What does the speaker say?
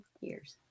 years